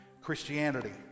Christianity